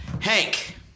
Hank